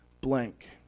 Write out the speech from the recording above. blank